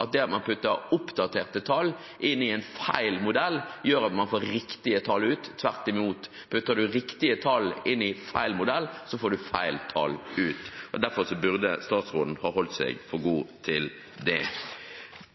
at hvis man putter oppdaterte tall inn i en feil modell, så får man riktige tall ut. Tvert imot, putter du riktige tall inn i feil modell, får du feil tall ut. Derfor burde statsråden holdt seg for god til det.